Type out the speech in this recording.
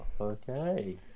Okay